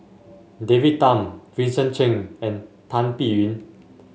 David Tham Vincent Cheng and Tan Biyun